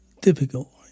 difficult